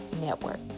network